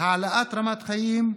העלאת רמת החיים,